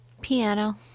Piano